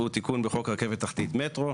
והוא תיקון בחוק רכבת תחתית (מטרו),